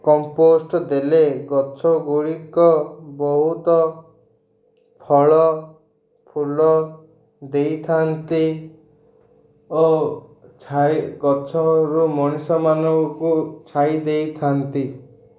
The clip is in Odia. କମ୍ପୋଷ୍ଟ୍ ଦେଲେ ଗଛଗୁଡ଼ିକ ବହୁତ ଫଳ ଫୁଲ ଦେଇଥାନ୍ତି ଓ ଛାଇ ଗଛରୁ ମଣିଷମାନଙ୍କୁ ଛାଇ ଦେଇଥାନ୍ତି